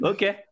Okay